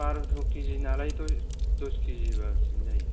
बार'स' के जि नालाय दस के जि बा बेसेबां जायो